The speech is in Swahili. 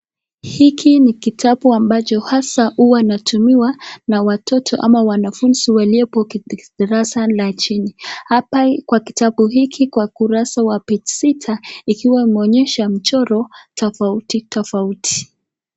Hiki ni kitabu ambacho hasa huwa inatumiwa na watoto ama wanafunzi waliopo darasa la chini. Hapa kwa kitabu hiki kwa kurasa wa page sita ikiwa imeonyesha mchoro tofauti tofauti.